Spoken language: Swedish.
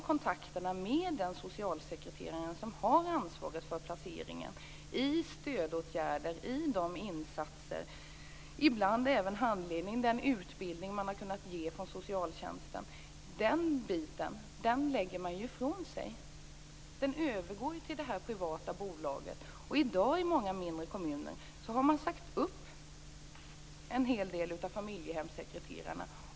Kontakterna med den socialsekreterare som har ansvaret för placeringen i stödåtgärder, liksom de insatser - ibland även handledning - och den utbildning som socialtjänsten har kunnat ge lämnar man ju ifrån sig. Den övergår ju till det här privata bolaget. I många mindre kommuner har man i dag sagt upp en hel del av familjehemssekreterarna.